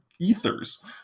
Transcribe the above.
ethers